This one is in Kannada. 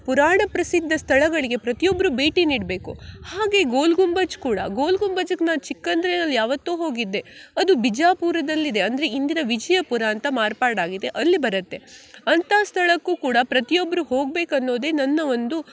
ಪುರಾಣ ಪ್ರಸಿದ್ಧ ಸ್ಥಳಗಳಿಗೆ ಪ್ರತಿಯೊಬ್ಬರೂ ಭೇಟಿ ನೀಡಬೇಕು ಹಾಗೆ ಗೋಲ್ಗುಂಬಜ್ ಕೂಡ ಗೋಲ್ಗುಂಬಜಗೆ ನಾನು ಚಿಕ್ಕಂದಿನಲ್ಲಿ ಯಾವತ್ತೋ ಹೋಗಿದ್ದೆ ಅದು ಬಿಜಾಪುರದಲ್ಲಿದೆ ಅಂದರೆ ಇಂದಿನ ವಿಜಯಪುರ ಅಂತ ಮಾರ್ಪಾಡಾಗಿದೆ ಅಲ್ಲಿ ಬರುತ್ತೆ ಅಂಥ ಸ್ಥಳಕ್ಕೂ ಕೂಡ ಪ್ರತಿಯೊಬ್ಬರೂ ಹೋಗ್ಬೇಕು ಅನ್ನೋದೇ ನನ್ನ ಒಂದು